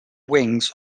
wings